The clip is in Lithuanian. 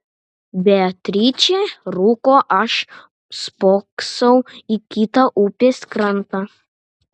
beatričė rūko aš spoksau į kitą upės krantą